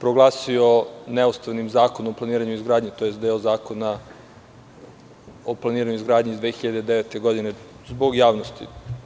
proglasio neustavnim Zakon o planiranju i izgradnji tj. deo Zakona o planiranju i izgradnji iz 2009. godine.